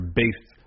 based